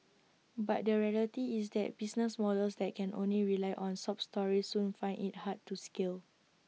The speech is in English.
but the reality is that business models that can only rely on sob stories soon find IT hard to scale